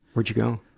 where'd you go?